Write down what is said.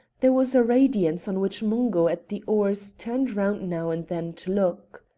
there was a radiance on which mungo at the oars turned round now and then to look.